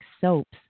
soaps